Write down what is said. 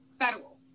federal